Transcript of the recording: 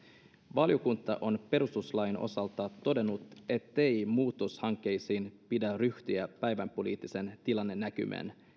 valiokunta on perustuslain osalta todennut ettei muutoshankkeisiin pidä ryhtyä päivänpoliittisten tilannenäkymien